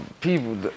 people